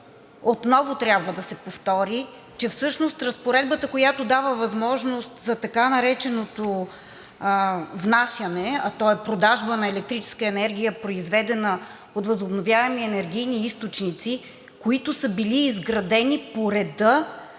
отново трябва да се повтори, че всъщност разпоредбата, която дава възможност за така нареченото внасяне, а то е продажба на електрическа енергия, произведена от възобновяеми енергийни източници, които са били изградени по реда,